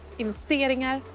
investeringar